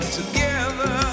Together